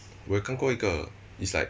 我有看过一个 is like